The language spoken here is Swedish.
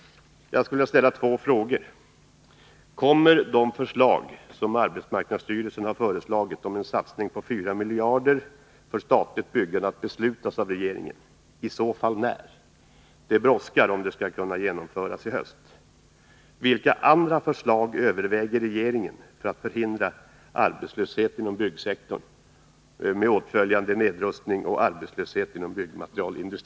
Jag skulle vilja ställa två frågor. Kommer de förslag som arbetsmarknadsstyrelsen ställt om en satsning på 4 miljarder för statligt byggande att genomföras av regeringen? I så fall när? Det brådskar, om de skall kunna genomföras i höst.